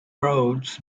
roads